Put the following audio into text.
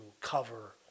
cover